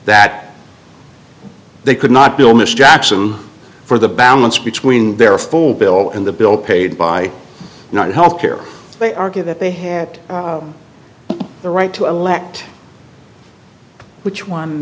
that they could not build mr jackson for the balance between their full bill and the bill paid by not health care they argue that they had the right to elect which one